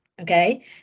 Okay